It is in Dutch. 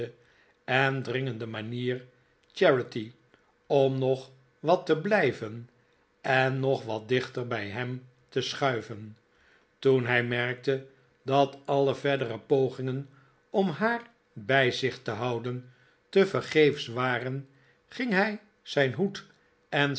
en dringende manier charity om nog wat te blijven en nog wat dichter bij hem te schuiven toen hij merkte dat alle verdere pogingen om haar bij zich te houden tevermaarten chuzzlewit geefsch waren ging hij zijn hoed en